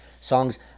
Songs